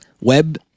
web